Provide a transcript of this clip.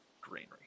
greenery